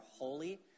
holy